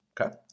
okay